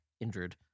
injured